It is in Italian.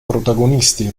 protagonisti